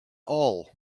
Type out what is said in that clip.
all